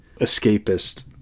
escapist